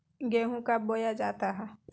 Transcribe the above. गेंहू कब बोया जाता हैं?